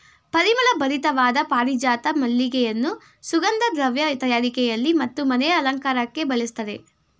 ಪರಿಮಳ ಭರಿತವಾದ ಪಾರಿಜಾತ ಮಲ್ಲಿಗೆಯನ್ನು ಸುಗಂಧ ದ್ರವ್ಯ ತಯಾರಿಕೆಯಲ್ಲಿ ಮತ್ತು ಮನೆಯ ಅಲಂಕಾರಕ್ಕೆ ಬಳಸ್ತರೆ